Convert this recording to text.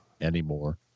anymore